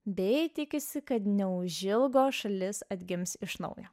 bei tikisi kad neužilgo šalis atgims iš naujo